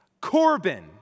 Corbin